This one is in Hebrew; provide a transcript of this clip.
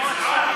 אין לך בושה?